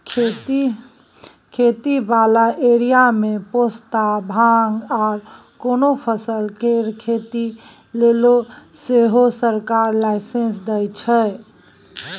खेती बला एरिया मे पोस्ता, भांग आर कोनो फसल केर खेती लेले सेहो सरकार लाइसेंस दइ छै